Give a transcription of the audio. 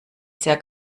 sehr